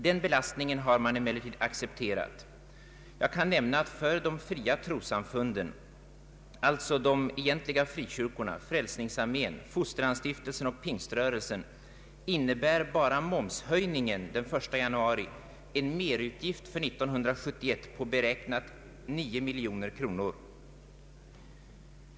Den belastningen har man emellertid accepterat. Jag kan nämna att för de fria trossamfunden — alltså frikyrkorna, Frälsningsarmén, Fosterlandsstiftelsen och Pingströrelsen — innebär bara momshöjningen från den 1 januari en merutgift för 1971 på beräknat 9 miljoner kronor.